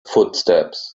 footsteps